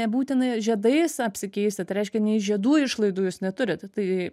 nebūtina ir žiedais apsikeisti tai reiškia nei žiedų išlaidų jūs neturit tai